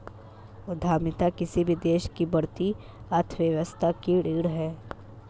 उद्यमिता किसी भी देश की बढ़ती अर्थव्यवस्था की रीढ़ है